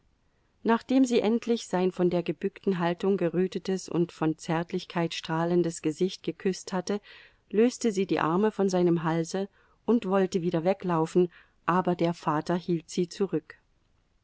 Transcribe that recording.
nachdem sie endlich sein von der gebückten haltung gerötetes und von zärtlichkeit strahlendes gesicht geküßt hatte löste sie die arme von seinem halse und wollte wieder weglaufen aber der vater hielt sie zurück